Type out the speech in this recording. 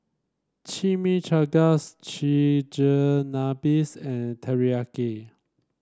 Chimichangas Chigenabes and Teriyaki